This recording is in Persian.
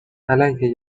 علیه